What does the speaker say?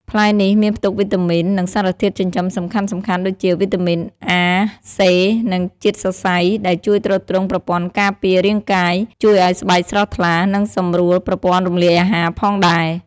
ផ្លែនេះមានផ្ទុកវីតាមីន និងសារធាតុចិញ្ចឹមសំខាន់ៗដូចជា វីតាមីន អា សេ និង ជាតិសរសៃ ដែលជួយទ្រទ្រង់ប្រព័ន្ធការពាររាងកាយ ជួយឱ្យស្បែកស្រស់ថ្លា និងសម្រួលប្រព័ន្ធរំលាយអាហារផងដែរ។